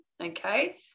okay